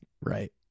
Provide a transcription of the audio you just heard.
Right